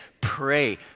pray